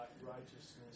righteousness